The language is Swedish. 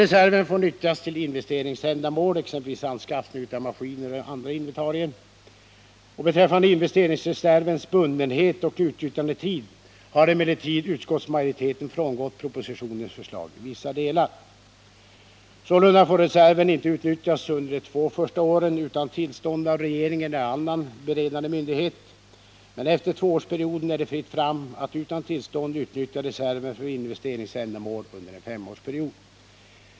Reserven får nyttjas till investeringsändamål, exempelvis anskaffning av maskiner och andra inventarier. Beträffande investeringsreservens bundenhet och utnyttjandetid har emellertid utskottsmajoriteten frångått propositionens förslag i vissa delar. Sålunda får reserven inte utnyttjas under de två första åren utan tillstånd av regeringen eller annan beredande myndighet. Men efter tvåårsperioden är det fritt fram att utan tillstånd utnyttja reserven för investeringsändamål under en femårsperiod.